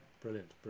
brilliant